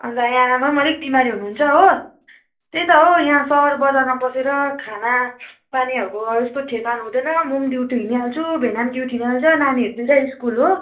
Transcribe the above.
अन्त यहाँ आमा पनि अलिक बिमारी हुनुहुन्छ हो त्यही त हो यहाँ सहर बजारमा बसेर खानापानीहरूको यस्तो ठेकान हुँदैन म पनि ड्युटी हिँडिहाल्छु भेना पनि ड्युटी हिँडिहाल्छ नानीहरू दुइवटै स्कुल हो